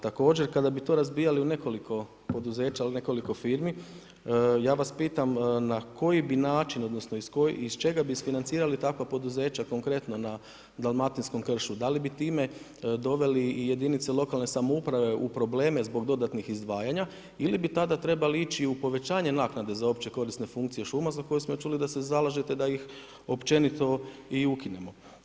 Također kada bi to razbijali u nekoliko poduzeća, u nekoliko firmi, ja vas pitam na koji bi način odnosno iz čega bi financirali takva poduzeća konkretno na dalmatinskom kršu, da li bi time doveli i jedinice lokalne samouprave u probleme zbog dodatnih izdvajanja ili bi tada trebali ići u povećanje naknade za opće korisne funkcije šuma za koje smo čuli da se zalažete da ih općenito i ukinemo.